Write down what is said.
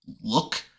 look